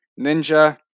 Ninja